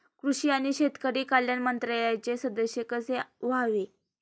कृषी आणि शेतकरी कल्याण मंत्रालयाचे सदस्य कसे व्हावे?